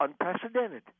unprecedented